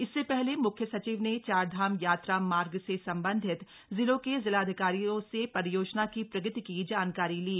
इससे पहले मुख्य सचिव ने चारधाम यात्रा मार्ग से सम्बन्धित जिलों के जिलाधिकारियों से परियोजना की प्रगति की जानकारी ली